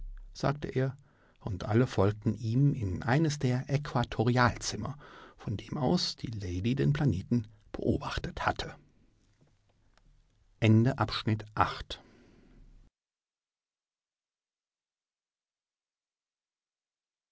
sagte er und alle folgten ihm in eines der äquatorialzimmer von dem aus die lady den planeten beobachtet hatte